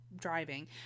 driving